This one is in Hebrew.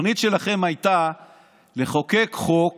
התוכנית שלכם הייתה לחוקק חוק